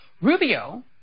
Rubio